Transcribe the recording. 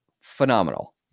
phenomenal